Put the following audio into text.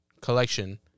collection